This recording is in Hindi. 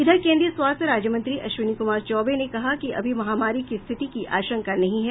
इधर केन्द्रीय स्वास्थ्य राज्य मंत्री अश्विनी कुमार चौबे ने कहा कि अभी महामारी की स्थिति की आशंका नहीं है